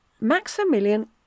Maximilian